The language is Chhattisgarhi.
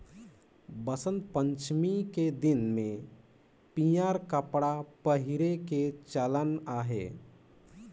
बसंत पंचमी के दिन में पीयंर कपड़ा पहिरे के चलन अहे